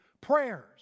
Prayers